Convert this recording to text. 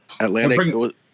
Atlantic